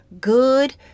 good